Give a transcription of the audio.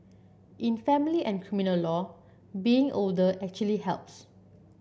in family and criminal law being older actually helps